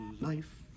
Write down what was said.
life